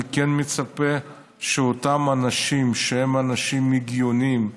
אני כן מצפה שאותם אנשים שהם אנשים הגיוניים,